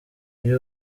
iri